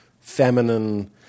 feminine